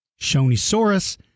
Shonisaurus